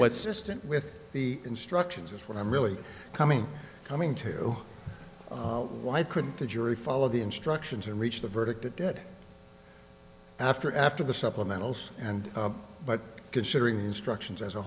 what system with the instructions is what i'm really coming coming to why couldn't the jury follow the instructions and reach the verdict it did after after the supplementals and but considering the instructions as a